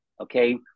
okay